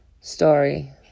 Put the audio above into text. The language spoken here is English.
story